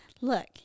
look